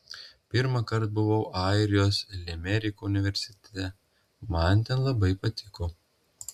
pirmą kartą buvau airijos limeriko universitete man ten labai patiko